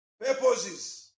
Purposes